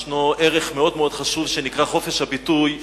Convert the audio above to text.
יש ערך מאוד מאוד חשוב שנקרא חופש הביטוי,